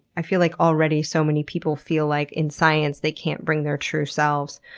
i feel like already so many people feel like in science they can't bring their true selves.